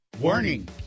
Warning